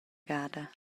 gada